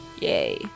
Yay